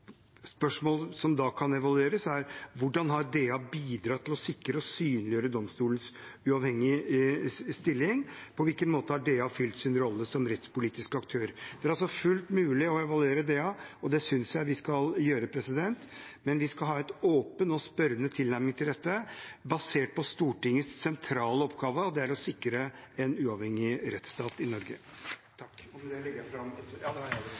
Spørsmål som da kan evalueres, er: Hvordan har DA bidratt til å sikre og synliggjøre domstolenes uavhengige stilling? På hvilken måte har DA fylt sin rolle som rettspolitisk aktør? Det er altså fullt mulig å evaluere DA, og det synes jeg vi skal gjøre, men vi skal ha en åpen og spørrende tilnærming til dette, basert på Stortingets sentrale oppgave, og det er å sikre en uavhengig rettsstat i Norge. Då har representanten Petter Eide teke opp det forslaget han refererte til. Jeg